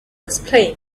explain